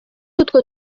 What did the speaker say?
utwo